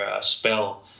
spell